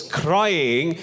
crying